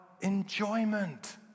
enjoyment